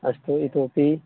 अस्तु इतोपि